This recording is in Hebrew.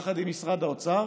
יחד עם משרד האוצר: